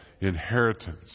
inheritance